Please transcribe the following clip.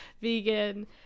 vegan